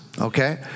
okay